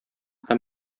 һәм